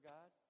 God